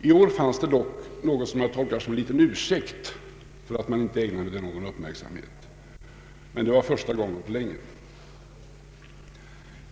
I år fanns det dock något som jag tolkar som en liten ursäkt för att man inte ägnade den någon uppmärksamhet, men det var första gången på länge.